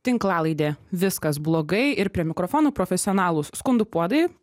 tinklalaidė viskas blogai ir prie mikrofono profesionalūs skundų puodai